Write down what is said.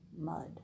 mud